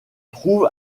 trouve